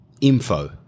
Info